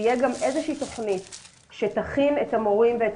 שתהיה גם איזו שהיא תוכנית שתכין את המורים ואת